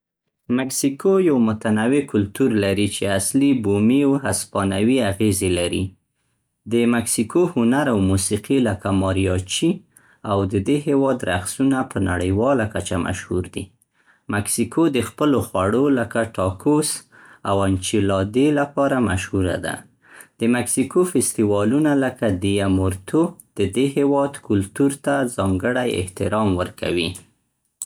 مکسیکو یو متنوع کلتور لري چې اصلي بومي او هسپانوي اغیزې لري. د مکسیکو هنر او موسیقي لکه ماریاچی او د دې هیواد رقصونه په نړیواله کچه مشهور دي. مکسیکو د خپلو خوړو لکه ټاکوس او انچیلادې لپاره مشهوره ده. د مکسیکو فستیوالونه لکه دیه مورتو د دې هیواد کلتور ته ځانګړی احترام ورکوي.